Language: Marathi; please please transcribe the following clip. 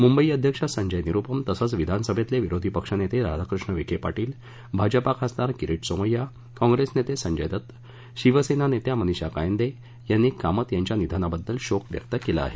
मुंबई अध्यक्ष संजय निरुपम तसंच विधानसभेतले विरोधी पक्षनेते राधाकृष्ण विखे पाटील भाजपा खासदार करिट सोमय्या काँग्रेस नेते संजय दत्त शिवसेना नेत्या मनिषा कायंदे यांनी कामत यांच्या निधनाबद्दल शोक व्यक्त केला आहे